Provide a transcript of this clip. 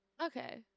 Okay